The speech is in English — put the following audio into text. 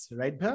right